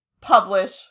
publish